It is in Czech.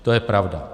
To je pravda.